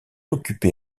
occupé